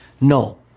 No